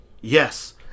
Yes